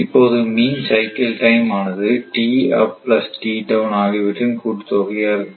இப்போது mean cycle time ஆனது TT ஆகியவற்றின் கூட்டுத் தொகையாக இருக்கும்